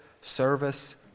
service